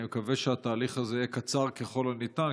אני מקווה שהתהליך הזה יהיה קצר ככל הניתן,